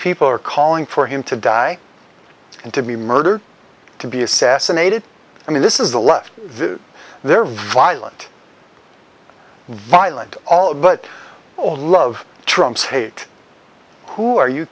people are calling for him to die and to be murdered to be assassinated i mean this is the left they're violent violent all but all love trumps hate who are you